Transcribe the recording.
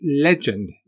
legend